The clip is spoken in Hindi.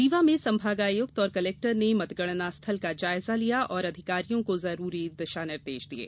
रीवा में संभाग आयुक्त और कलेक्टर ने मतगणना स्थल का जायजा और अधिकारियों को जरूरी दिशानिर्देश दिये